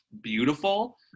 beautiful